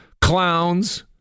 clowns